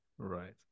Right